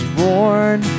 born